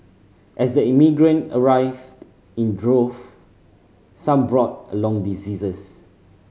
as the immigrant arrived in droves some brought along diseases